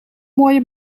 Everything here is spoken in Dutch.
mooie